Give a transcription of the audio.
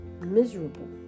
miserable